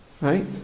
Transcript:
Right